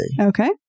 Okay